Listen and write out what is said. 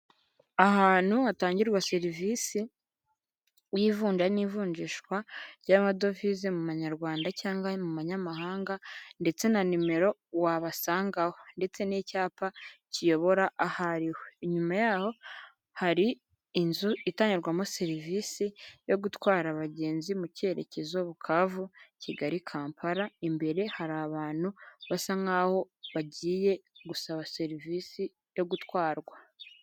Ahantu hatangirwa serivisi y'ivunja n'ivunjishwa ry'amadovize mu manyarwanda cyangwa mu manyamahanga ndetse na nimero wabasangaho, ndetse n'icyapa kiyobora ahariho, inyuma y'aho hari inzu itangirwamo serivisi yo gutwara abagenzi mu cyerekezo Bukavu, Kigali, Kampala, imbere hari abantu basa nk'aho bagiye gusaba serivisi yo gutwarwa.